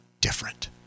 different